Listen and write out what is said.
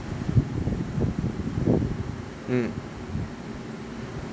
mm